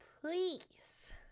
please